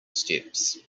steps